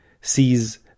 sees